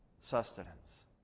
sustenance